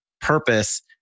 purpose